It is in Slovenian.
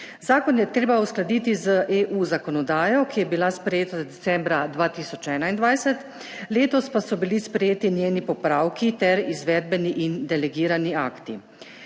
Zakon je treba uskladiti z EU zakonodajo, ki je bila sprejeta decembra 2021, letos pa so bili sprejeti njeni popravki ter izvedbeni in delegirani akti.